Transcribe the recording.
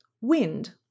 wind